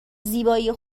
زیبایی